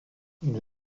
une